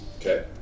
okay